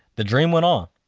the dream went on.